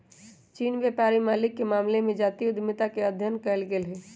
चीनी व्यापारी मालिके मामले में जातीय उद्यमिता के अध्ययन कएल गेल हइ